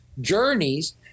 journeys